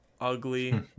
ugly